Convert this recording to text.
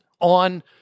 on